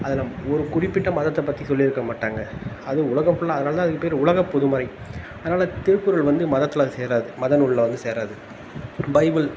அதெலாம் ஒரு குறிப்பிட்ட மதத்தை பற்றி சொல்லி இருக்க மாட்டாங்க அது உலகம் ஃபுல்லாக அதனால் தான் அதுக்கு பேர் உலகப்பொதுமறை அதனால் திருக்குறள் வந்து மதத்தில் சேராது மத நூலில் வந்து சேராது பைபிள்